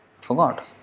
forgot